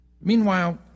Meanwhile